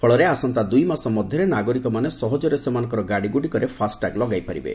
ଫଳରେ ଆସନ୍ତା ଦୁଇ ମାସ ମଧ୍ୟରେ ନାଗରିକମାନେ ସହକରେ ସେମାନଙ୍କ ଗାଡ଼ିଗୁଡ଼ିକରେ ଫାସଟାଗ୍ ଲଗାଇପାରିବେ